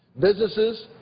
businesses,